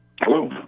hello